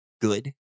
good